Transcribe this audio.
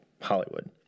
hollywood